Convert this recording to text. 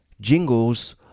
jingles